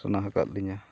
ᱥᱚᱱᱟ ᱟᱠᱟᱫ ᱞᱤᱧᱟᱹ